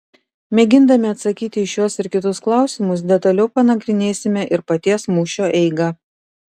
mėgindami atsakyti į šiuos ir kitus klausimus detaliau panagrinėsime ir paties mūšio eigą